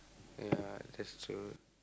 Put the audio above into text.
ya that's true